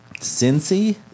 Cincy